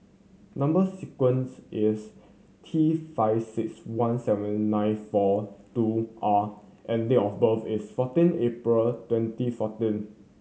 number sequence is T five six one seven nine four two R and date of birth is fourteen April twenty fourteen